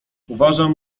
uważam